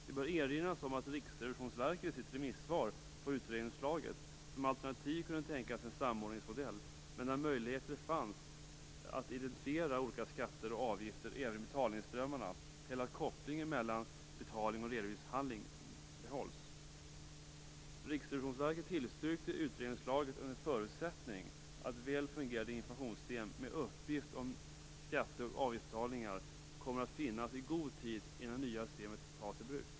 Det bör erinras om att Riksrevisionsverket, i sitt remissvar på utredningsförslaget, som alternativ kunde tänka sig en samordningsmodell, men där möjligheter fanns att identifiera olika skatter och avgifter även i betalningsströmmarna eller att kopplingen mellan betalning och redovisningshandling behålls. Riksrevisionsverket tillstyrkte utredningsförslaget under förutsättning att väl fungerande informationssystem med uppgifter om skatte och avgiftsbetalningar kommer att finnas i god tid innan det nya systemet tas i bruk.